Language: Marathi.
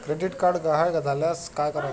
क्रेडिट कार्ड गहाळ झाल्यास काय करावे?